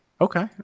Okay